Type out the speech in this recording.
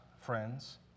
friends